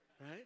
Right